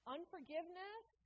Unforgiveness